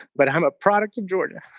but i'm a product of jordan